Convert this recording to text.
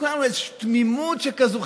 איזו תמימות שכזו,